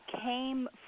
came